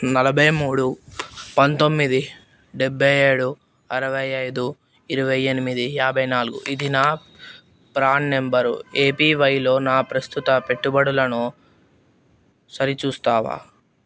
నలభై మూడు పంతొమ్మిది డెబ్భై ఏడు అరవై ఐదు ఇరవై ఎనిమిది యాభై నాలుగు ఇది నా ప్రాన్ నంబరు ఏపీవైలో నా ప్రస్తుత పెట్టుబడులను సరిచూస్తావా